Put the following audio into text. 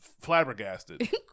flabbergasted